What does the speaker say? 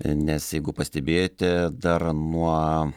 nes jeigu pastebėjote dar nuo